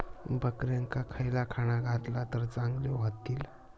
बकऱ्यांका खयला खाणा घातला तर चांगल्यो व्हतील?